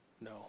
No